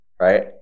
Right